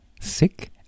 sick